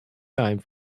time